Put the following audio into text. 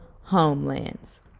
homelands